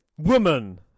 Woman